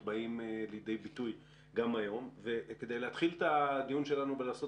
בא לידי ביטוי בחיי היום יום של העסקים.